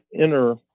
inner